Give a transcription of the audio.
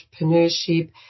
entrepreneurship